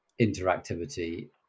interactivity